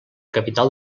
capital